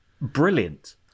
brilliant